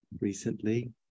recently